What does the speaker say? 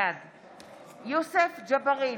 בעד יוסף ג'בארין,